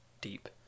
deep